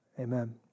amen